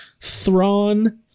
Thrawn